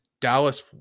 Dallas